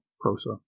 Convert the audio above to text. PROSA